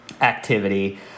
activity